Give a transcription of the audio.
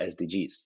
SDGs